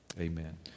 amen